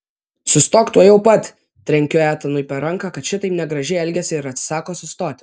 sustok tuojau pat trenkiu etanui per ranką kad šitaip negražiai elgiasi ir atsisako sustoti